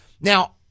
Now